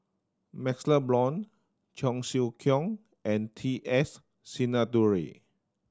MaxLe Blond Cheong Siew Keong and T S Sinnathuray